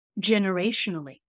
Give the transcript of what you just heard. generationally